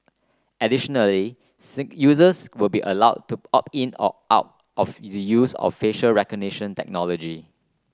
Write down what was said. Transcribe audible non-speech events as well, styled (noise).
additionally (hesitation) users will be allowed to opt in or out of the use of facial recognition technology